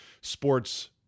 sports